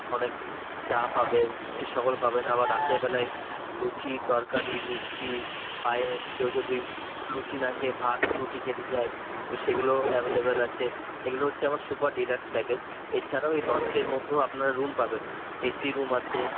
অনেক চা পাবেন এই সকল পাবেন আবার রাতেরবেলায় লুচি তরকারি মিষ্টি পায়েস কেউ যদি লুচি না খেয়ে ভাত রুটি খেতে চায় তো সেগুলোও অ্যাভেলেবল আছে এগুলো হচ্ছে আমার সুপার ডিলাক্স প্যাকেজ এ ছাড়াও এই লঞ্চের মধ্যেও আপনারা রুম পাবেন এসি রুম আছে